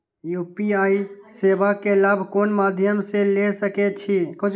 UPI सेवा के लाभ कोन मध्यम से ले सके छी?